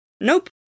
Nope